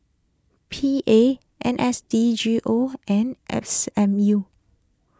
P A N S D G O and S M U